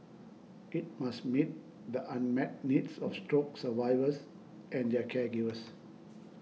it must meet the unmet needs of stroke survivors and their caregivers